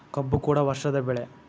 ಕಬ್ಬು ಕೂಡ ವರ್ಷದ ಬೆಳೆ